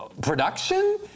production